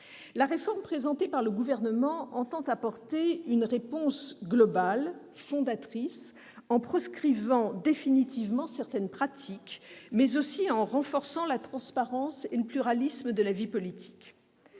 Par cette réforme, le Gouvernement entend apporter une réponse globale, fondatrice, en proscrivant définitivement certaines pratiques, mais également en renforçant la transparence et le pluralisme de la vie politique.